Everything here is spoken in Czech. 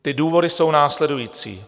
Ty důvody jsou následující.